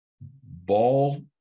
ball